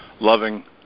loving